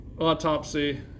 autopsy